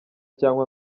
cyangwa